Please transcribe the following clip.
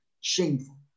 shameful